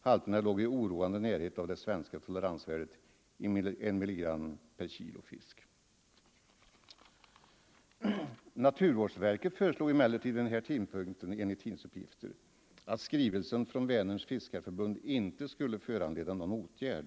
Halterna låg i oroande närhet av det svenska toleransvärdet 1 mg/kg fisk. Naturvårdsverket föreslog emellertid vid denna tidpunkt, enligt tidningsuppgifter, att skrivelsen från Vänerns fiskarförbund inte skulle föranleda någon åtgärd.